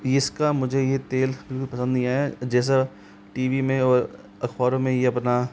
इस का मुझे ये तेल बिल्कुल पसंद नहीं आया है जैसा टी वी में और अख़बारों में ये अपना